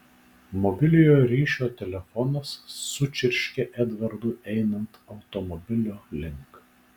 mobiliojo ryšio telefonas sučirškė edvardui einant automobilio link